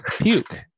puke